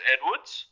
Edwards